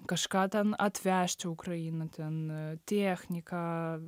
kažką ten atvežt į ukrainą ten techniką